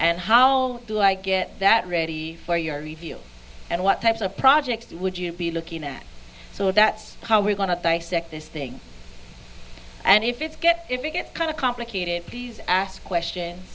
and how do i get that ready for your review and what types of projects would you be looking at so that's how we're going to dissect this thing and if it's get if it gets kind of complicated these ask question